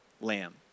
lamb